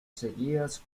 seguidas